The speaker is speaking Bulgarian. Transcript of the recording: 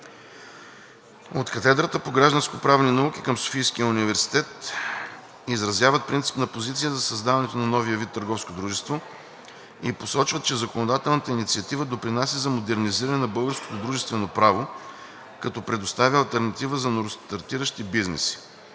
От Катедрата по гражданскоправни науки към СУ „Св. Климент Охридски“ изразяват принципна подкрепа за създаването на новия вид търговско дружество и посочват, че законодателната инициатива допринася за модернизиране на българското дружествено право, като предоставя алтернатива за новостартиращи бизнеси.